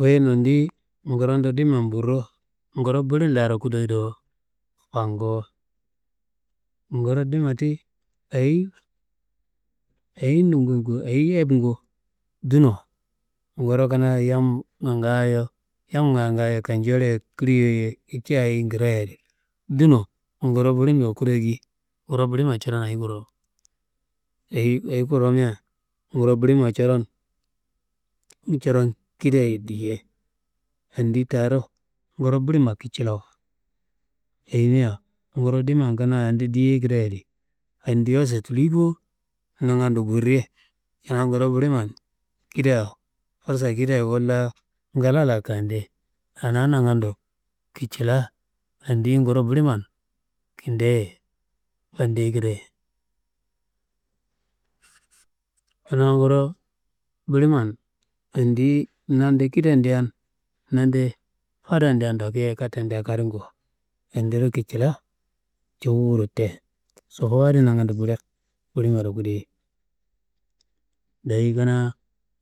Wuyi nodiyi ngurondo diman burro, nguro bulim laro kudoyi do, fango. Ngurondo dima ti ayi nungungu, ayi ebungu? Duno nguro kanaa yamma ngaayo, yamnga ngaayo kenjoli ye kliyoi ye ca yum kreyeyi di, duno nguro bulimro kudoyi di, nguro bulima curon ayi kuwuro? Ayi kuwuromea, nguro bulimma curon kidaye diye, yendi daaro nguro bulimma kicilawo, ayimia nguro diman kanaa awode diyei kedea adi yendiwa setili bo nangando burre kanaa nguro buliman kida fursa kideya walla ngla la kande anaa nangando, kicila yendi nguro buliman kindeye fandeyi kedeye. Kanaa nguro buliman, yendi nade kidedean nade fandadean toku katte karingu yendiro kicila jowuro te, sobowu adi nangando nguro bulimaro kudeyi. Kanaa